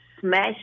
smash